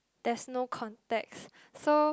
there's no context so